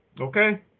Okay